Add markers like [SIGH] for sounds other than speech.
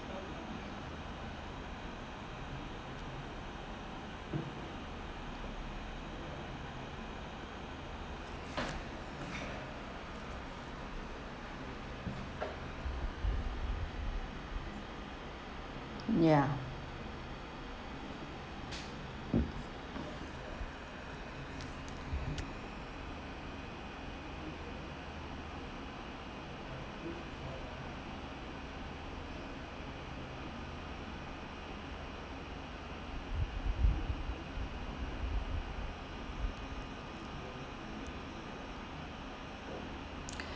ya [NOISE]